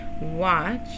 watch